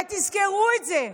תזכרו את זה.